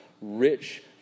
rich